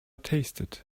tasted